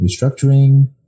restructuring